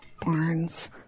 barns